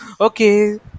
okay